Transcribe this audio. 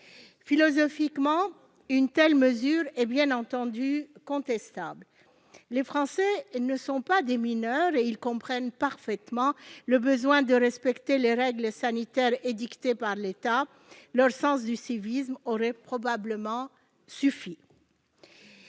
Philosophiquement, une telle mesure est en revanche contestable. Les Français dans leur ensemble ne se comportent pas comme des mineurs et ils comprennent parfaitement le besoin de respecter les règles sanitaires édictées par l'État. Leur sens du civisme aurait probablement suffi.